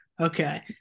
Okay